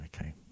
okay